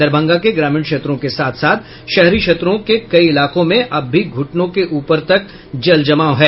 दरभंगा के ग्रामीण क्षेत्रों के साथ साथ शहरी क्षेत्रों कई इलाकों में अब भी घुटनों के ऊपर तक जलजमाव है